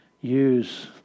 Use